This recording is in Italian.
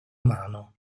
umano